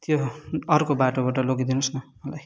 त्यो अर्को बाटोबाट लगिदिनु होस् न मलाई